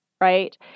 right